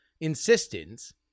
insistence